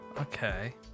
Okay